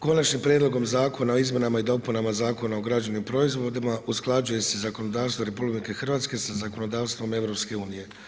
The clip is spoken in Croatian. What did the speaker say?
Konačnim prijedlogom zakona o izmjenama i dopunama Zakona o građevnim proizvodima usklađuje se zakonodavstvo RH sa zakonodavstvom EU.